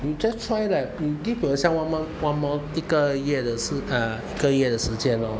you just try lah you give yourself one month one month 一个月的时一个月的时间咯